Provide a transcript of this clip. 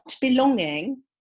belonging